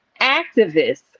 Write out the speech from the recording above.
Activists